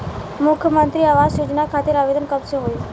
मुख्यमंत्री आवास योजना खातिर आवेदन कब से होई?